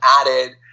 added